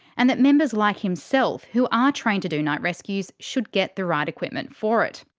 and that members like himself who are trained to do night rescues should get the right equipment for it.